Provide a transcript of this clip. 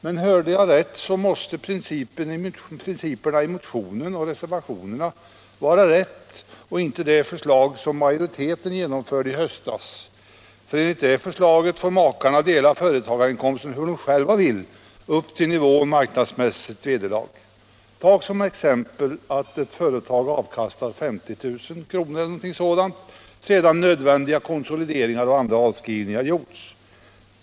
Men hörde jag rätt, så måste principerna i motionen och reservationerna vara riktiga och inte det förslag som majoriteten genomförde i höstas, för enligt det förslaget får makarna dela företagarinkomsten som de själva vill upp till nivån marknadsmässigt vederlag. Ta som exempel att ett företag avkastar 50 000 kr., sedan konsolideringar och andra avskrivningar gjorts.